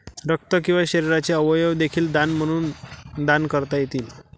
रक्त किंवा शरीराचे अवयव देखील दान म्हणून दान करता येतात